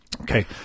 Okay